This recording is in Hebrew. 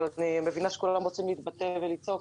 אני מבינה שכולם רוצים להתבטא ולצעוק,